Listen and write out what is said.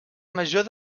major